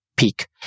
peak